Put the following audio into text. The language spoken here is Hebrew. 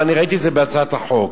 ואני ראיתי את זה בהצעת החוק,